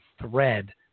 thread